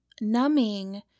Numbing